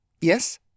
Yes